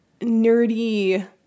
nerdy